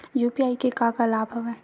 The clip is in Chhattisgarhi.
यू.पी.आई के का का लाभ हवय?